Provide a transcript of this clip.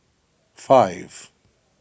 five